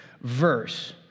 verse